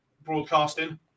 broadcasting